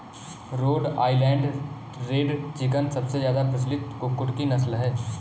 road Island Red chicken सबसे ज्यादा प्रचलित कुक्कुट की नस्ल है